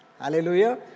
Hallelujah